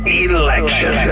election